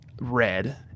red